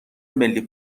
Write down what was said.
ملی